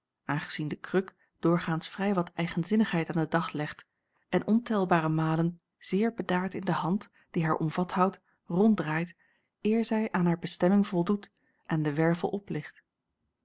aangezien de kruk doorgaans vrij wat eigenzinnigheid aan den dag legt en ontelbare malen zeer bedaard in de hand die haar omvat houdt ronddraait eer zij aan haar bestemming voldoet en den wervel oplicht